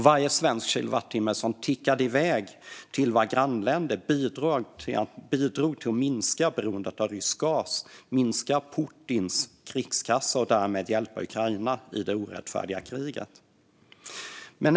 Varje svensk kilowattimme som tickade iväg till våra grannländer bidrog till att minska beroendet av rysk gas och minska Putins krigskassa och därmed hjälpa Ukraina i det orättfärdiga kriget.